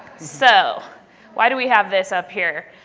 so why do we have this up here?